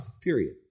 period